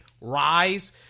Rise